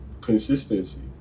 consistency